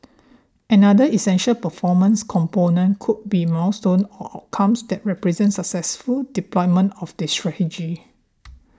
another essential performance component could be milestone or outcomes that represent successful deployment of the strategy